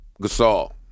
Gasol